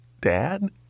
Dad